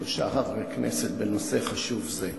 שלושה חברי כנסת בנושא חשוב זה.